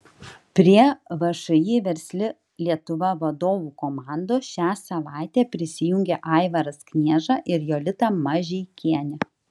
prie všį versli lietuva vadovų komandos šią savaitę prisijungė aivaras knieža ir jolita mažeikienė